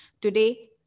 Today